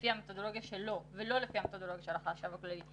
לפי המתודולוגיה שלו ולא לפי המתודולוגיה של החשב הכללי,